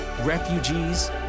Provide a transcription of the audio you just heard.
refugees